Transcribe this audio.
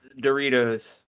Doritos